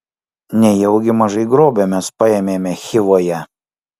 nejaugi mažai grobio mes paėmėme chivoje